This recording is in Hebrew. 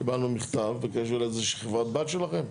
קיבלנו מכתב בקשר לחברת בת שלכם.